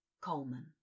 Coleman